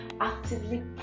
actively